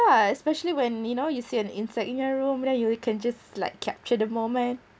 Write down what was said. yeah especially when you know you see an insect in your room then you you can just like capture the moment